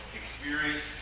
experience